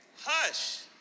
Hush